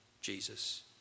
Jesus